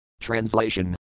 Translation